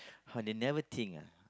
they never think ah